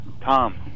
Tom